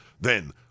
Then